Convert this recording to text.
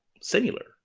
similar